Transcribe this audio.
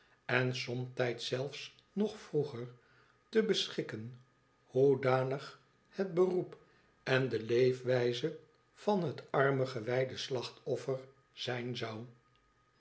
en somtijds zelfs nog vroeger te beschikken hoedanig het beroep en de leefwijze van het arme gewijde slachtoffer zijn zou